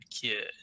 kid